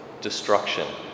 destruction